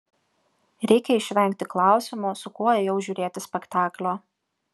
reikia išvengti klausimo su kuo ėjau žiūrėti spektaklio